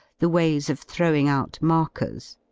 the ways of throwing out markers.